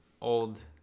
old